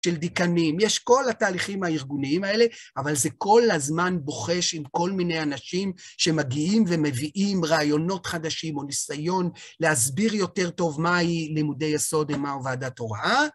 של דיקנים, יש כל התהליכים הארגוניים האלה, אבל זה כל הזמן בוחש עם כל מיני אנשים שמגיעים ומביאים רעיונות חדשים או ניסיון להסביר יותר טוב מה היא לימודי יסוד ומה הוא ועדת הוראה.